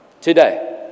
today